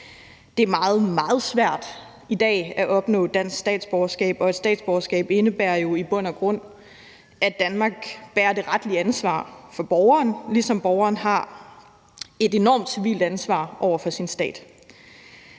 meget, meget svært i dag at opnå dansk statsborgerskab, og et statsborgerskab indebærer jo i bund og grund, at Danmark bærer det retlige ansvar for borgeren, ligesom borgeren har et enormt civilt ansvar over for sin stat.